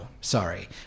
sorry